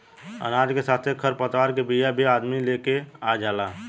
अनाज के साथे खर पतवार के बिया भी अदमी लेके आ जाला